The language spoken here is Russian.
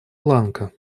ланка